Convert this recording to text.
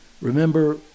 Remember